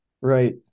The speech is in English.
Right